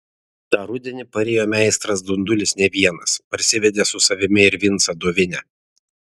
tą rudenį parėjo meistras dundulis ne vienas parsivedė su savimi ir vincą dovinę